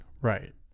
Right